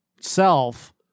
self